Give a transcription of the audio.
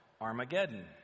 Armageddon